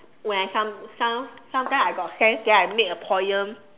when I come some~ sometime I got friends then I make a poem